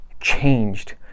changed